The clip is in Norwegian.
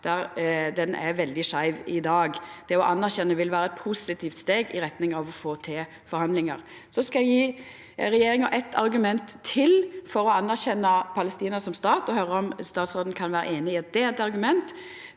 Han er veldig skeiv i dag. Det å anerkjenna vil vera eit positivt steg i retning av å få til forhandlingar. Eg skal gje regjeringa eit argument til for å anerkjenna Palestina som stat og vil høyra om statsråden kan vera einig i at det er eit argument.